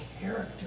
character